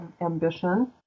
ambition